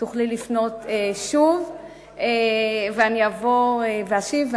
תוכלי לפנות שוב ואני אבוא ואשיב,